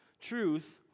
truth